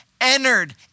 entered